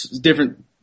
different